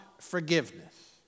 forgiveness